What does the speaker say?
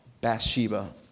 Bathsheba